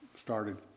Started